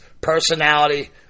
personality